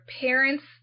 parents